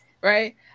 Right